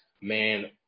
man